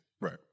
Right